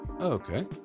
Okay